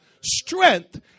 Strength